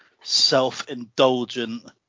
self-indulgent